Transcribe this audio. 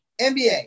NBA